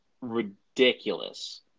ridiculous